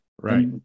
Right